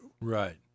Right